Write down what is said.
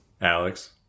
Alex